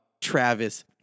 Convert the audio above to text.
Travis